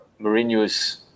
Mourinho's